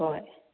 ꯍꯣꯏ ꯍꯣꯏ